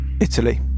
Italy